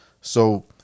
So-